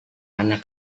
anak